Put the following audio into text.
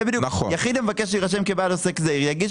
'יחיד המבקש להירשם כבעל עסק זעיר יגיש